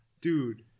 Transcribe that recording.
dude